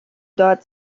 داد